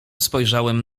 spojrzałem